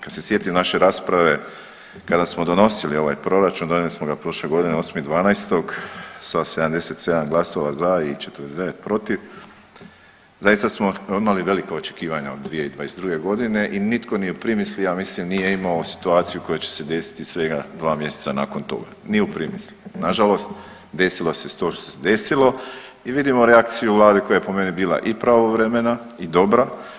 Kad se sjetim naše rasprave kada smo donosili ovaj proračun, donijeli smo ga prošle godine 8.12. sa 77 glasova za i 49 protiv zaista smo imali velika očekivanja od 2022.g. i nitko ni u primisli ja mislim nije imao situaciju koja će se desiti svega dva mjeseca nakon toga, ni u primisli, nažalost desilo se to što se desilo i vidimo reakciju vlade koja je po meni bila i pravovremena i dobra.